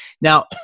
Now